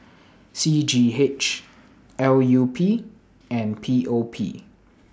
C G H L U P and P O P